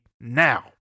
now